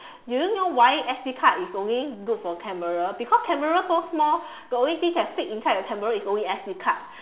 you know why S_D card is only good for camera because camera so small the only thing can fit inside the camera is only S_D card